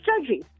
judgy